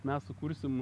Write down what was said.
mes sukursim